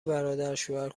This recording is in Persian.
برادرشوهر